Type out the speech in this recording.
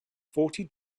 forty